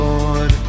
Lord